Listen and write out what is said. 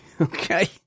Okay